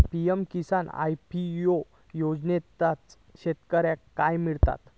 PM Kisan FPO योजनाच्यात शेतकऱ्यांका काय मिळता?